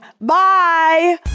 Bye